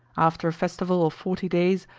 after a festival of forty days,